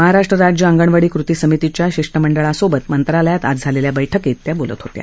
महाराष्ट्र राज्य अंगणवाडी कृती समितीच्या शिष्टमंडळसोबत मंत्रालयात आज झालेल्या बैठकीत त्या बोलत होत्या